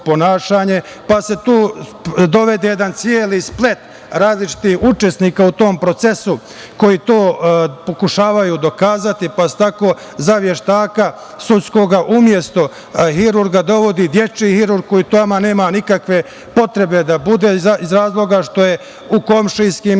pa se tu dovede jedan celi splet različitih učesnika u tom procesu koji to pokušavaju dokazati, pa se tako za veštaka sudskog umesto hirurga dovodi dečiji hirurg koji tamo nema nikakve potrebe da bude iz razloga što je u komšijskim